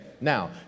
now